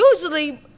usually